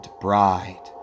bride